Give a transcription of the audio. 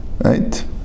Right